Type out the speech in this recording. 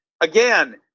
again